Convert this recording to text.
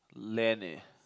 land eh